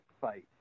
fight